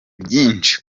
byinshi